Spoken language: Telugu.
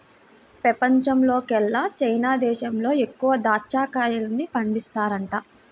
పెపంచంలోకెల్లా చైనా దేశంలో ఎక్కువగా దాచ్చా కాయల్ని పండిత్తన్నారంట